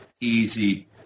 easy